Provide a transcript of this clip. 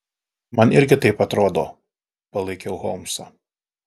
man irgi taip atrodo palaikiau holmsą